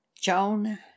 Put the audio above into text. Joan